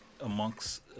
amongst